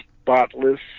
spotless